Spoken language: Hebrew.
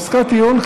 עסקת טיעון,